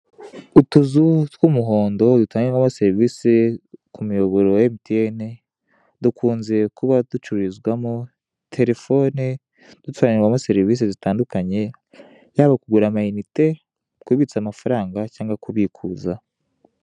Utuzu tw'umuhondo dutangirwamo serivise ku muyoboro wa emutiyeni, dukunze kuba ducururizwamo terefone dutangirwamo serivise zitandukanye yaba kugura amayinite, kubitsa amafaranga cyangwa kubikuza.